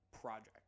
project